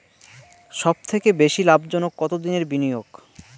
সবথেকে বেশি লাভজনক কতদিনের বিনিয়োগ?